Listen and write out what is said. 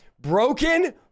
Broken